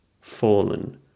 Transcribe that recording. fallen